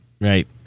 right